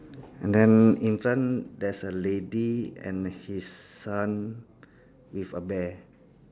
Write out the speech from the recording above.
and then in front there's a lady and she's son with a bear